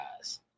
guys